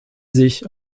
sich